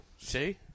See